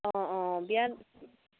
অঁ অঁ বিয়া